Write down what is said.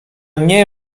nie